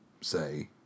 say